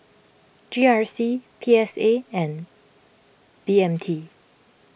G R C P S A and B M T